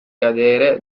cadere